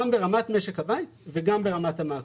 גם ברמת משק הבית וגם ברמת המקרו.